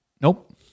Nope